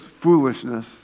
foolishness